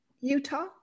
Utah